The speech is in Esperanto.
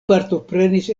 partoprenis